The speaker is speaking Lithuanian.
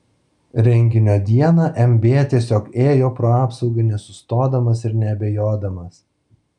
renginio dieną mb tiesiog ėjo pro apsaugą nesustodamas ir neabejodamas